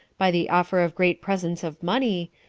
by the offer of great presents of money,